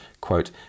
quote